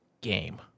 game